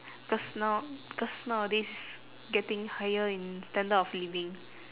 cause now cause nowadays getting higher in standard of living